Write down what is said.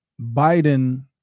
Biden